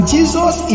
Jesus